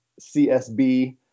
CSB